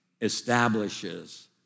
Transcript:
establishes